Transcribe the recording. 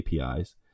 APIs